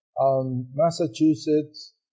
Massachusetts